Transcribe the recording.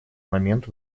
момент